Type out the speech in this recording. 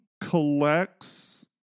collects